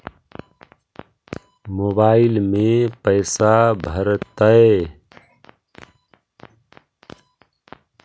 Mobile में पैसा भरैतैय?